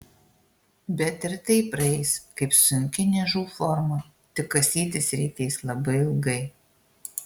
bet ir tai praeis kaip sunki niežų forma tik kasytis reikės labai ilgai